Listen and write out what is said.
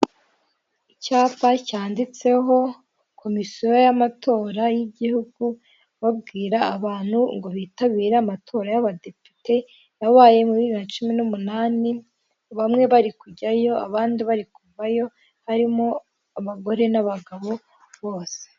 Icyapa cyanditseho komisiyo y'amatora y'igihugu babwira abantu ngo bitabire amatora y'abadepite yabaye mi bibiri na cumi n'umunani, bamwe bari kujyayo abandi bari kuvayo harimo abagore n'abagabo bose.